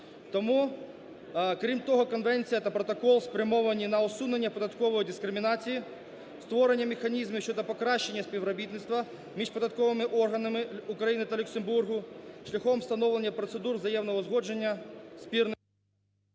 Тому, крім того, конвенція та протокол спрямовані на усунення податкової дискримінації, створення механізмів щодо покращення співробітництва між податковими органами України та Люксембургу шляхом встановлення процедур взаємного узгодження… ГОЛОВУЮЧИЙ.